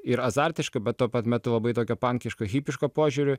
ir azartiška bet tuo pat metu labai tokio pankiško hipiško požiūriu